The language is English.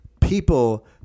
people